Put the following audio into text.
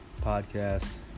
podcast